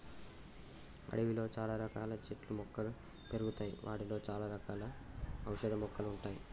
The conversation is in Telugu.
అడవిలో చాల రకాల చెట్లు మొక్కలు పెరుగుతాయి వాటిలో చాల రకాల ఔషధ మొక్కలు ఉంటాయి